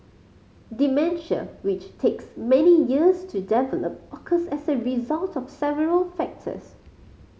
dementia which takes many years to develop occurs as a result of several factors